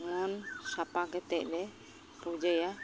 ᱢᱚᱱ ᱥᱟᱯᱟ ᱠᱟᱛᱮᱫ ᱞᱮ ᱯᱩᱡᱟᱹᱭᱟ